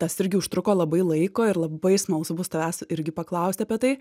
tas irgi užtruko labai laiko ir labai smalsu bus tavęs irgi paklausti apie tai